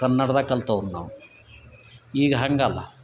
ಕನ್ನಡದಾಗ ಕಲ್ತವ್ರು ನಾವು ಈಗ ಹಾಗಾಲ್ಲ